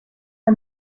her